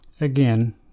Again